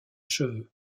cheveu